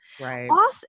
right